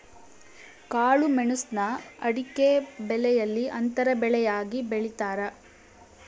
ಕಾಳುಮೆಣುಸ್ನ ಅಡಿಕೆಬೆಲೆಯಲ್ಲಿ ಅಂತರ ಬೆಳೆಯಾಗಿ ಬೆಳೀತಾರ